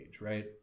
right